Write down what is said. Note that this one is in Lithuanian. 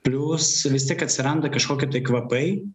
plius vis tiek atsiranda kažkokie tai kvapai